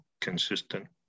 consistent